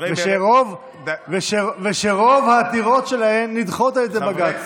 ושרוב העתירות שלהם נדחות על ידי בג"ץ.